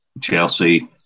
Chelsea